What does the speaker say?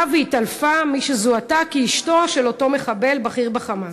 והתעלפה מי שזוהתה כאשתו של אותו מחבל בכיר ב"חמאס".